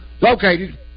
Located